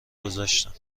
گذاشتم